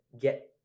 get